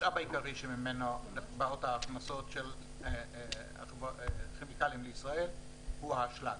המשאב העיקרי שממנו באות ההכנסות של כימיקלים לישראל הוא האשלג.